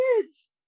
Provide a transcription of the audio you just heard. kids